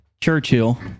Churchill